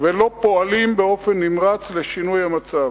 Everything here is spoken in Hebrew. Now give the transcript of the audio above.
ולא פועלים באופן נמרץ לשינוי המצב.